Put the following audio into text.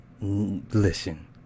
Listen